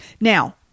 Now